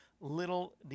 little